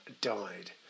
died